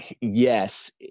Yes